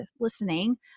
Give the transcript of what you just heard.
listening